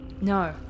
No